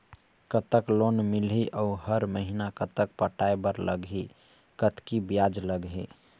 कतक लोन मिलही अऊ हर महीना कतक पटाए बर लगही, कतकी ब्याज लगही?